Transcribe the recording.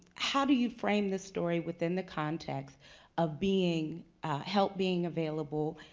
how do you frame this story within the context of being help being available,